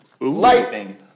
Lightning